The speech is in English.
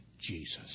Jesus